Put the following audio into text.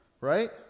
right